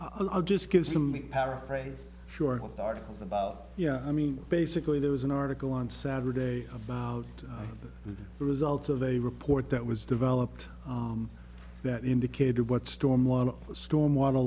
i'll just give some me paraphrase short articles about yeah i mean basically there was an article on saturday about the results of a report that was developed that indicated what storm one of the storm wa